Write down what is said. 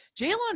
Jalen